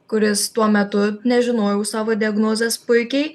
kuris tuo metu nežinojau savo diagnozės puikiai